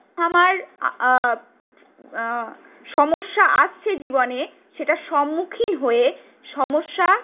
আমার সমস্যা আসছে জীবনে সেটার সম্মুখীন হয়ে সমস্যা